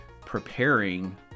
preparing